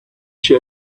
she